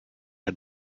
had